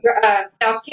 self-care